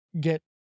get